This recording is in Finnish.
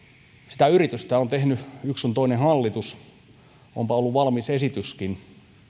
sitä yritystä on tehnyt yks sun toinen hallitus onpa ollut valmis esityskin